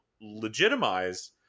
legitimize